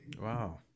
Wow